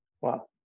Wow